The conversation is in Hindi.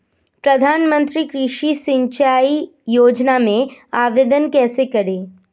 प्रधानमंत्री कृषि सिंचाई योजना में आवेदन कैसे करें?